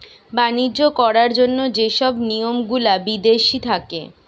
বাণিজ্য করার জন্য যে সব নিয়ম গুলা বিদেশি থাকে